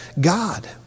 God